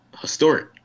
historic